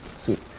Sweet